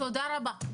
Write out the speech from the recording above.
תודה רבה.